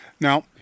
Now